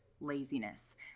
laziness